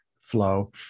flow